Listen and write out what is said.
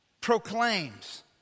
proclaims